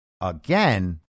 again